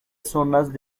zonas